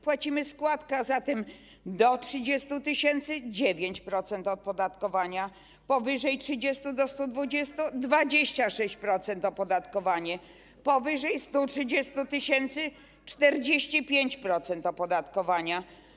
Płacimy składkę, a zatem do 30 tys. - 9% opodatkowania, od 30 do 120 - 26% opodatkowania, a powyżej 130 tys. - 45% opodatkowania.